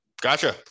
Gotcha